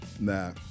Nah